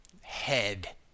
head